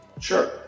Sure